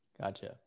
Gotcha